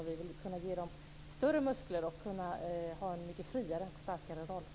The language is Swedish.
Vi vill kunna ge dem större muskler, så att de kan ha en friare och mycket starkare roll.